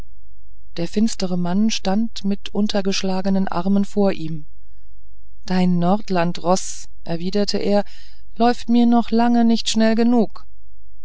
der finstere mann stand mit untergeschlagenen armen vor ihm dein nordlandsroß erwiderte er läuft mir noch lange nicht schnell genug